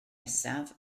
nesaf